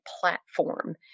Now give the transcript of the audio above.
platform